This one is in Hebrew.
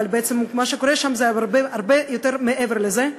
אבל בעצם מה שקורה שם זה הרבה מעבר לזה: